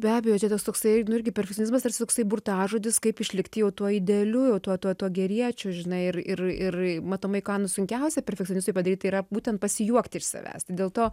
be abejo čia tas toksai nu irgi perfekcionizmas tarsi toksai burtažodis kaip išlikti jau tuo idealiu tuo tuo tuo geriečiu žinai ir ir ir matomai ką nu sunkiausia perfekcionistui padaryt tai yra būtent pasijuokt iš savęs dėl to